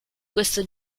questo